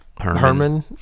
herman